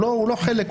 הוא לא חלק,